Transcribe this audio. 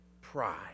Pride